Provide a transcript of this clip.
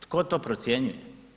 Tko to procjenjuje?